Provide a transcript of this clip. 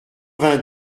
vingt